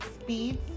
speeds